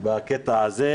בקטע הזה,